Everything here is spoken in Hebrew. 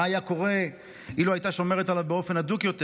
מה היה קורה אילו הייתה שומרת עליו באופן הדוק יותר?